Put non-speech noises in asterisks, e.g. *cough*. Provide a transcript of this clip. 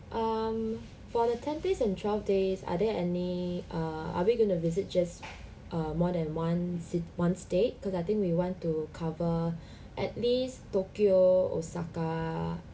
um for the ten days and twelve days are there any uh are we going to visit just uh more than one sit~ one state because I think we want to cover *breath* at least tokyo osaka